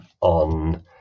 on